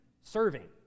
serving